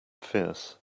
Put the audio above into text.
fierce